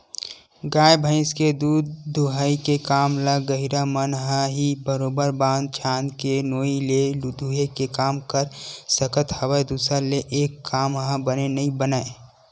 गाय भइस के दूद दूहई के काम ल गहिरा मन ह ही बरोबर बांध छांद के नोई ले दूहे के काम कर सकत हवय दूसर ले ऐ काम ह बने नइ बनय